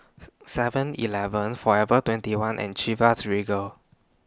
Seven Eleven Forever twenty one and Chivas Regal